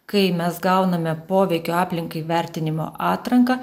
kai mes gauname poveikio aplinkai vertinimo atranką